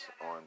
on